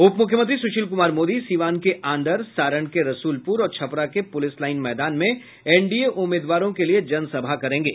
उपमुख्यमंत्री सुशील कुमार मोदी सीवान के आंदर सारण के रसूलपूर और छपरा के पूलिस लाईन मैदान में एनडीए उम्मीदवारों के लिए जनसभा करेंगे